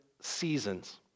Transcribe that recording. seasons